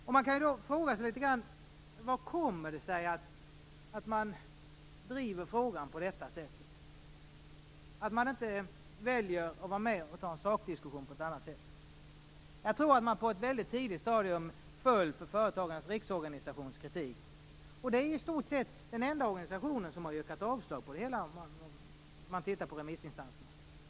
Då kan man fråga sig: Hur kommer det sig att man driver frågan på detta sätt? Hur kommer det sig att man inte väljer att vara med och ta en sakdiskussion på ett annat sätt? Jag tror att man på ett väldigt tidigt stadium föll för kritiken från Företagarnas riksorganisation. Det är, om man tittar på remissinstanserna, i stort sett den enda organisationen som har yrkat avslag på det här.